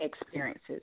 experiences